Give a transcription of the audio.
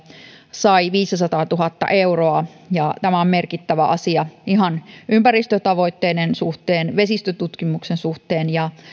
sai viisisataatuhatta euroa tämä on merkittävä asia ihan ympäristötavoitteiden suhteen vesistötutkimuksen suhteen ja